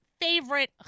favorite